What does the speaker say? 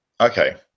Okay